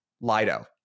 Lido